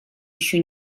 еще